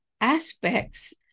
aspects